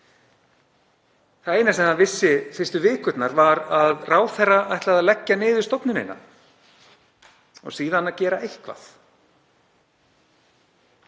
Það eina sem það vissi fyrstu vikurnar var að ráðherra ætlaði að leggja stofnunina niður, og gera síðan eitthvað.